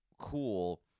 cool